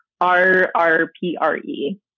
R-R-P-R-E